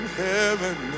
heaven